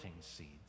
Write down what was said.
seeds